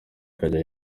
ikajya